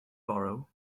borrow